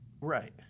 right